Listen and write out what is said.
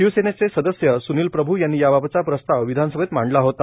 शिवसेनेचं सदस्य सुनिल प्रभू यांनी याबाबातचा प्रस्ताव विधानसभेत मांडला होता